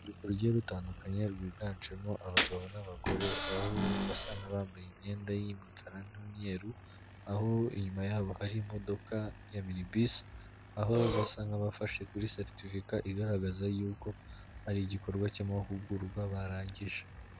Urubyiruko rugiye rutandukanye rwiganjemo abagabo n'abagore, aba bo basa n'abambaye imyenda y'imikara n'umweru, aho inyuma yabo hari imodoka ya minibisi, aho basa nk'abafashe kuri seritifika igaragaza yuko ari igikorwa cy'amahugurwa barangije.